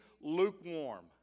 lukewarm